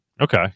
Okay